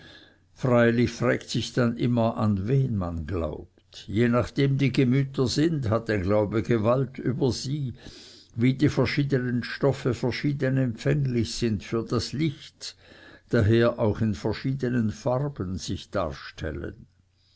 freilich frägt sich dann immer an wen man glaubt je nachdem die gemüter sind hat ein glaube gewalt über sie wie die verschiedenen stoffe verschieden empfänglich sind für das licht daher auch in verschiedenen farben sich darstellen